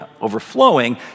overflowing